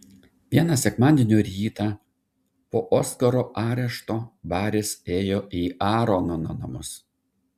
vieną sekmadienio rytą po oskaro arešto baris ėjo į aarono namus